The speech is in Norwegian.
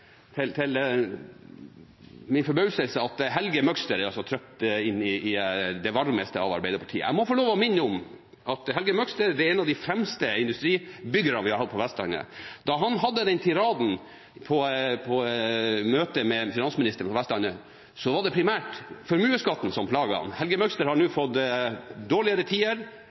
jeg til min forbauselse at Helge Møgster er trygt inne i det varmeste av Arbeiderpartiet. Jeg må få lov til å minne om at Helge Møgster er en av de fremste industribyggerne man har hatt på Vestlandet. Da han hadde sin tirade på et møte med finansministeren på Vestlandet, var det primært formuesskatten som plaget ham. Helge Møgster har nå fått dårligere tider.